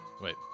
Wait